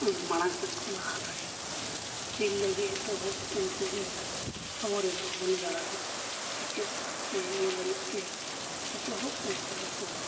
ᱢᱟᱲᱟᱝ ᱥᱮᱫ ᱠᱚ ᱞᱟᱦᱟ ᱫᱟᱲᱮᱭᱟᱠᱚᱣᱟ ᱛᱤᱨᱞᱟᱹ ᱜᱮ ᱮᱛᱚᱦᱚᱵ ᱩᱱᱠᱩ ᱜᱮ ᱟᱵᱚᱨᱮᱱ ᱦᱚᱱ ᱜᱟᱬᱟ ᱥᱮᱪᱮᱫ ᱥᱮ ᱤᱭᱟᱹ ᱞᱟᱹᱜᱤᱫ ᱛᱮ ᱮᱛᱚᱦᱚᱵ ᱩᱱᱠᱩ ᱜᱮᱠᱚ